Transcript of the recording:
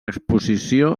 exposició